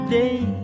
day